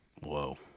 Whoa